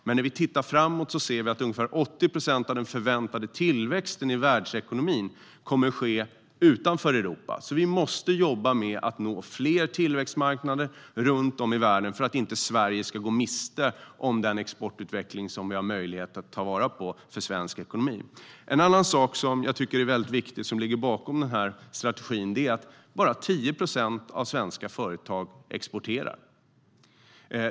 Men när vi tittar framåt ser vi att ungefär 80 procent av den förväntade tillväxten i världsekonomin kommer att ske utanför Europa. Därför måste vi jobba med att nå fler tillväxtmarknader runt om i världen för att Sverige inte ska gå miste om den exportutveckling som vi har möjlighet att ta vara på för svensk ekonomi. En annan sak som jag tycker är mycket viktig och som ligger bakom denna strategi är att bara 10 procent av de svenska företagen exporterar.